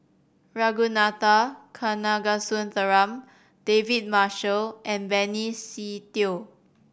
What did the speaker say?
Ragunathar Kanagasuntheram David Marshall and Benny Se Teo